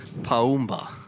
Paumba